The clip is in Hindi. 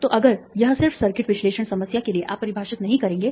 तो अगर यह सिर्फ सर्किट विश्लेषण समस्या के लिए आप परिभाषित नहीं करेंगे